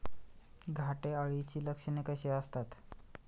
घाटे अळीची लक्षणे कशी असतात?